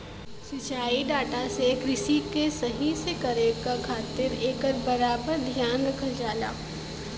सिंचाई डाटा से कृषि के सही से करे क खातिर एकर बराबर धियान रखल जाला